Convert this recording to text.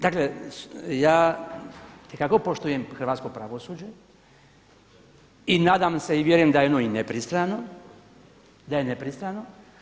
Dakle, ja itekako poštujem hrvatsko pravosuđe i nadam se i vjerujem da je ono i nepristrano, da je nepristrano.